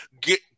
get